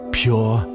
pure